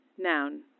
Noun